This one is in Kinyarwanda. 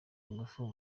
ingufu